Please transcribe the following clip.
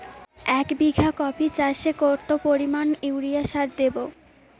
এক বিঘা কপি চাষে কত পরিমাণ ইউরিয়া সার দেবো?